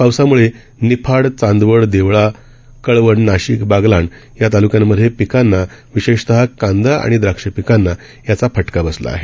पावसामुळे निफाड चांदवड देवळा कळवण नाशिक बागलाण या तालुक्यांमधे पिकांना विशेषतः कांदा आणि द्राक्ष पिकांना याचा फटका बसला आहे